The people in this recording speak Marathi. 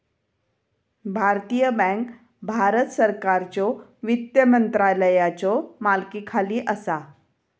भारतीय बँक भारत सरकारच्यो वित्त मंत्रालयाच्यो मालकीखाली असा